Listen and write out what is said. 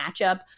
matchup